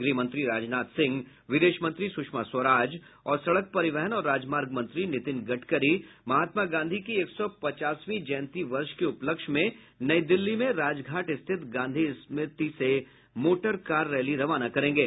गृह मंत्री राजनाथ सिंह विदेश मंत्री सुषमा स्वराज और सड़क परिवहन और राजमार्ग मंत्री नितिन गडकरी महात्मा गांधी की एक सौ पचासवीं जयंती वर्ष के उपलक्ष्य में नई दिल्ली में राजघाट स्थित गांधी स्मृति में मोटर कार रैली रवाना करेंगे